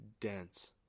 dense